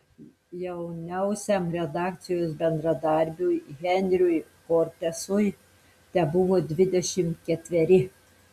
jauniausiam redakcijos bendradarbiui henriui kortesui tebuvo dvidešimt ketveri